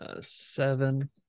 seven